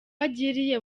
agiriye